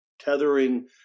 tethering